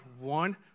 One